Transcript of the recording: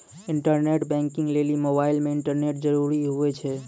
internet banking लेली mobile मे internet जरूरी हुवै छै